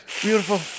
Beautiful